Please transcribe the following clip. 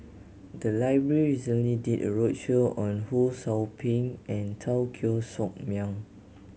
the library recently did a roadshow on Ho Sou Ping and Teo Koh Sock Miang